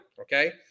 Okay